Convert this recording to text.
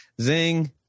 Zing